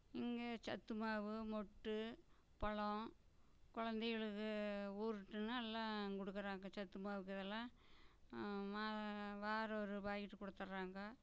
இங்கே சத்துமாவு மொட்டு பழம் குழந்தைகளுக்கு உருட்டுன்னா எல்லாம் கொடுக்குறாங்க சத்து மாவுக்கு இதெல்லாம் ம வாரம் ஒரு பாக்கெட்டு குடுத்தட்றாங்க